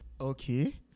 Okay